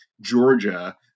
Georgia